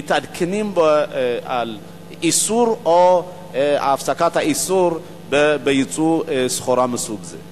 מתעדכנים באיסור או הפסקת האיסור של ייצוא סחורה מסוג זה?